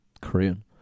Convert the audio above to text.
Korean